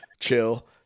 Chill